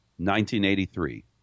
1983